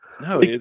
no